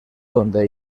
donde